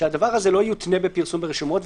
שהדבר הזה לא יותנה בפרסום ברשומות,